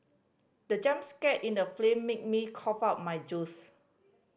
the jump scare in the film made me cough out my juice